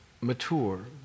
mature